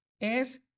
es